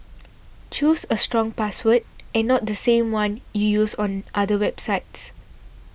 choose a strong password and not the same one you use on other websites